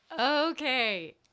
okay